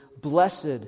Blessed